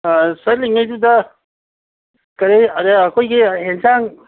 ꯑꯥ ꯆꯠꯂꯤꯉꯩꯗꯨꯗ ꯀꯔꯤ ꯑꯩꯈꯣꯏꯒꯤ ꯑꯦꯟꯁꯥꯡ